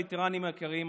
וטרנים יקרים,